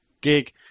gig